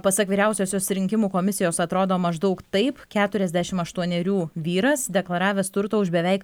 pasak vyriausiosios rinkimų komisijos atrodo maždaug taip keturiasdešimt aštuonerių vyras deklaravęs turto už beveik